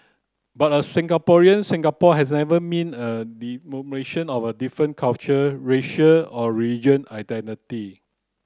but a Singaporean Singapore has never meant a diminution of our different culture racial or religion identity